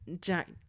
Jack